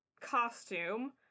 costume